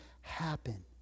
happen